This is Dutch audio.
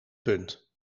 punt